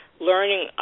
learning